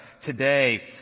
today